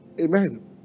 Amen